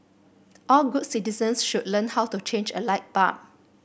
all good citizens should learn how to change a light bulb